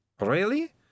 Really